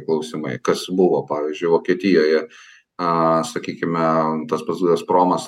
klausimai kas buvo pavyzdžiui vokietijoje aaa sakykime tas pats gazpromas